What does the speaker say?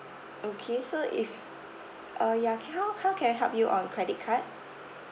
okay so if uh ya can how how can I help you on credit card